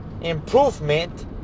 Improvement